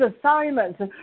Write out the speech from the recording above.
assignments